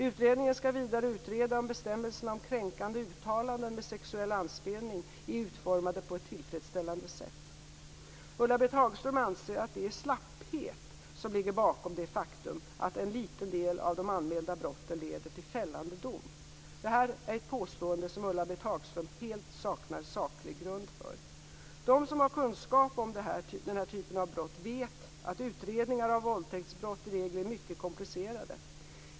Utredningen skall vidare utreda om bestämmelserna om kränkande uttalanden med sexuell anspelning är utformade på ett tillfredsställande sätt. Ulla-Britt Hagström anser att det är slapphet som ligger bakom det faktum att en liten del av de anmälda brotten leder till fällande dom. Detta är ett påstående som Ulla-Britt Hagström helt saknar saklig grund för. De som har kunskap om den här typen av brott vet att utredningar av våldtäktsbrott i regel är mycket komplicerade.